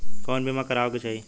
कउन बीमा करावें के चाही?